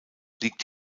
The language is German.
liegt